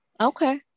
Okay